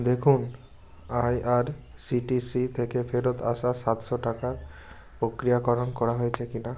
দেখুন I R C T C থেকে ফেরত আসা সাতশো টাকার প্রক্রিয়াকরণ করা হয়েছে কি না